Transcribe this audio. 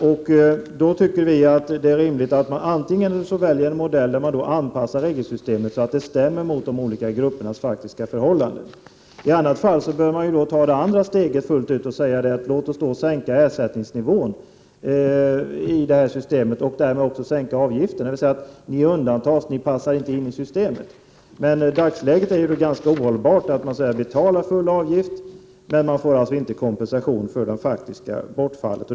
Vi anser att det är rimligt att välja en modell där man anpassar regelsystemet så att det stämmer med de olika gruppernas faktiska förhållanden. I annat fall bör man ta det andra steget fullt ut och säga: Låt oss sänka ersättningsnivån i systemet och därmed också sänka avgiften. Ni undantas, ni passar inte in i systemet. I dagsläget är det ganska ohållbart att man betalar full avgift men inte får kompensation för det faktiska bortfallet.